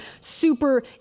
super